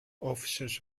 officers